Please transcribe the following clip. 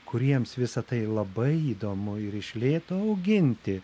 kuriems visa tai labai įdomu ir iš lėto auginti